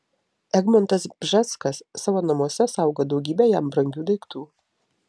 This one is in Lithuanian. egmontas bžeskas savo namuose saugo daugybę jam brangių daiktų